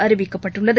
அறிவிக்கப்பட்டுள்ளது